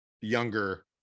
younger